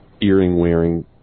earring-wearing